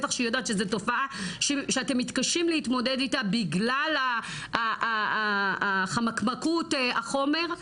בטח שהיא יודעת שזה תופעה שאתם מתקשים להתמודד איתה בגלל חמקמקות החומר.